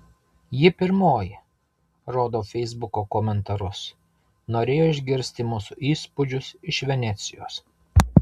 ji pirmoji rodau feisbuko komentarus norėjo išgirsti mūsų įspūdžius iš venecijos